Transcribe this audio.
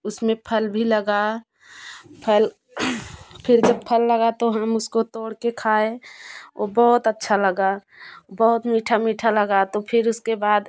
उसमें फल भी लगा फल फिर जब फल लगा तो हम उसको तोड़ के खाए वो बहुत अच्छा लगा बहुत मीठा मीठा लगा तो फिर उसके बाद